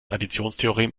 additionstheorem